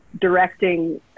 directing